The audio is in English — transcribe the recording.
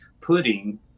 putting